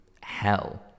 hell